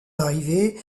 arrivée